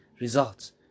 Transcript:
results